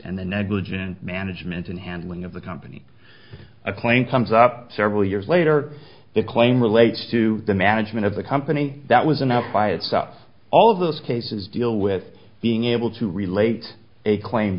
and the negligent management and handling of the company a claim comes up several years later the claim relates to the management of the company that was enough by itself all of those cases deal with being able to relate a claim